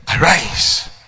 Arise